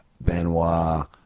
Benoit